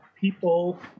people—